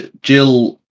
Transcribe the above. Jill